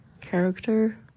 character